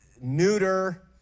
neuter